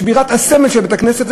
שבירת הסמל של בית-הכנסת,